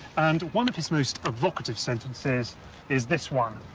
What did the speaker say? and one of his most evocative sentences is this one.